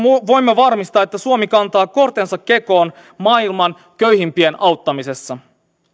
voimme varmistaa että suomi kantaa kortensa kekoon maailman köyhimpien auttamisessa